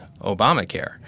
Obamacare